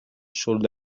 should